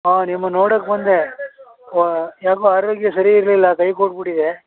ಆಂ ನಿಮ್ಮನ್ನು ನೋಡಕ್ಕೆ ಬಂದೆ ಹೊ ಯಾಕೋ ಆರೋಗ್ಯ ಸರಿ ಇರಲಿಲ್ಲ ಕೈ ಕೊಟ್ಬಿಟ್ಟಿದೆ